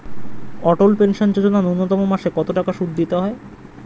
অটল pension Yojana ন্যূনতম মাসে কত টাকা সুধ দিতে হয়?